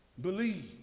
believe